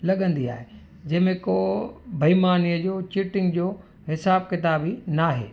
लॻंदी आहे जंहिंमें को बेईमानीअ जो चिटिंग जो हिसाबु किताबु ही नाहे